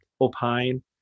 opine